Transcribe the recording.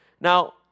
Now